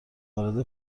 وارد